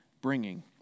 bringing